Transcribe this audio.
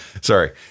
Sorry